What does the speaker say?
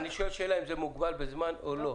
אני שואל שאלה, אם זה מוגבל בזמן או לא.